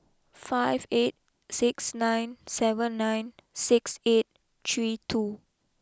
five eight six nine seven nine six eight three two